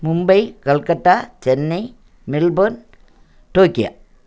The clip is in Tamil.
Mumbai Calcutta Chennai Melbourne Tokyo